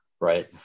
right